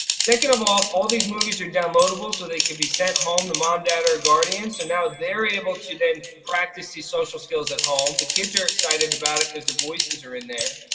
second of all, all these movies are downloadable so they can be sent home to mom, dad or guardian. so now they're able to then practice these social skills at home, the kids are excited about it cause their voices are in there,